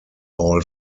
all